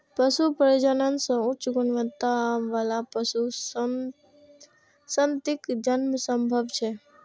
पशु प्रजनन सं उच्च गुणवत्ता बला पशु संततिक जन्म संभव छै